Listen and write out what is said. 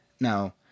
Now